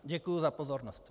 Děkuji za pozornost.